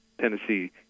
Tennessee